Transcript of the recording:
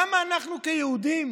למה אנחנו, כיהודים,